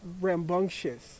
rambunctious